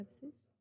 services